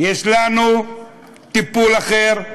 יש לנו טיפול אחר: